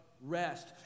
rest